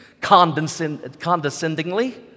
condescendingly